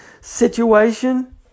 situation